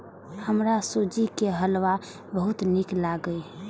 हमरा सूजी के हलुआ बहुत नीक लागैए